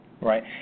Right